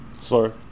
sorry